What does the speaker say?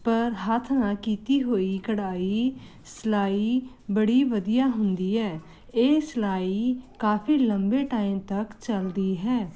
ਪਰ ਹੱਥ ਨਾਲ ਕੀਤੀ ਹੋਈ ਕਢਾਈ ਸਿਲਾਈ ਬੜੀ ਵਧੀਆ ਹੁੰਦੀ ਐ ਇਹ ਸਿਲਾਈ ਕਾਫੀ ਲੰਬੇ ਟਾਈਮ ਤੱਕ ਚਲਦੀ ਹੈ